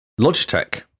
Logitech